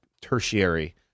tertiary